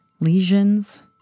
Lesions